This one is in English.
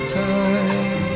time